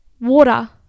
water